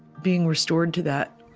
being restored to that,